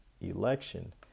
election